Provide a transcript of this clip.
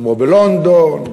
כמו בלונדון,